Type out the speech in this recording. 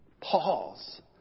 Pause